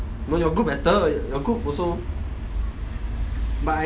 no your group better your group also but I